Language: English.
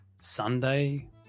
Sunday